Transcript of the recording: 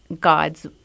God's